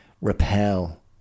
repel